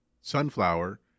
Sunflower